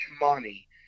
money